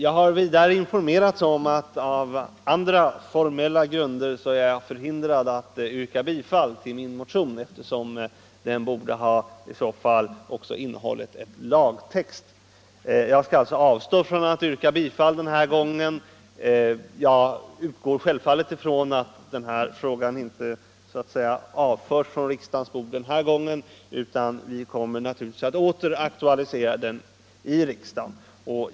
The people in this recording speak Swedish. Jag har vidare informerats om att jag på andra formella grunder är förhindrad att yrka bifall till min motion, eftersom den i så fall borde ha innehållit lagtext. Jag skall alltså avstå från att yrka bifall den här gången. Jag utgår självfallet ifrån att frågan inte för alltid avförs från riksdagens bord, utan att vi åter kommer att aktualisera den i riksdagen.